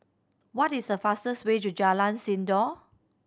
what is the fastest way to Jalan Sindor